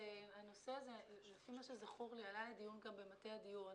הנושא הזה לפי מה שזכור לי עלה לדיון גם במטה הדיור.